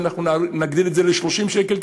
אנחנו נגדיל את זה ל-30 שקל,